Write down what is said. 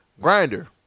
Grinder